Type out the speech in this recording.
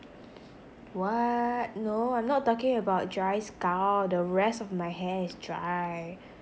what no I'm not talking about dry scalp the rest of my hair is dry